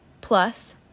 plus